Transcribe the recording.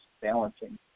balancing